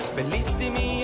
bellissimi